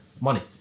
money